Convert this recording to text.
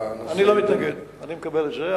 אני לא מתנגד, אני מקבל את זה.